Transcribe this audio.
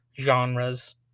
genres